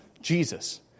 Jesus